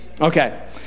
Okay